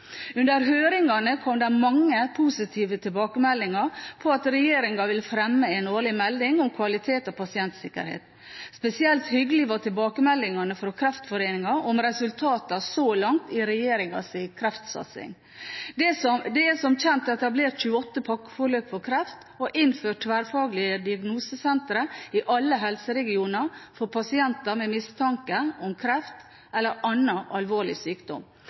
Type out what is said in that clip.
Under høringene kom det mange positive tilbakemeldinger på at regjeringen vil fremme en årlig melding om kvalitet og pasientsikkerhet. Spesielt hyggelig var tilbakemeldingen fra Kreftforeningen om resultatene så langt av regjeringens kreftsatsing. Det er som kjent etablert 28 pakkeforløp for kreft og innført tverrfaglige diagnosesentre i alle helseregioner for pasienter med mistanke om kreft eller annen alvorlig sykdom.